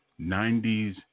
90s